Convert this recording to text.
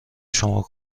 شما